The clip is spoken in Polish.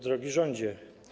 Drogi Rządzie!